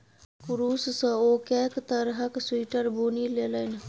कुरूश सँ ओ कैक तरहक स्वेटर बुनि लेलनि